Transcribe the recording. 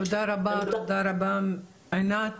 תודה רבה ענת,